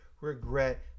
regret